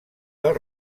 del